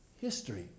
history